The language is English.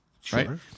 Sure